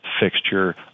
fixture